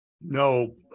No